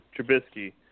Trubisky